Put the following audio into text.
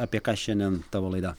apie ką šiandien tavo laida